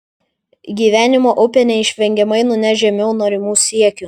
gyvenimo upė neišvengiamai nuneš žemiau norimų siekių